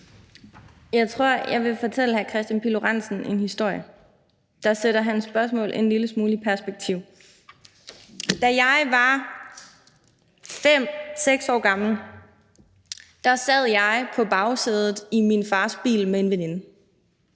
Jeg tror, jeg vil fortælle hr. Kristian Pihl Lorentzen en historie, der sætter hans spørgsmål en lille smule i perspektiv. Da jeg var 5-6 år gammel, sad jeg på bagsædet i min fars bil med en veninde,